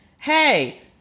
hey